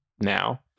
now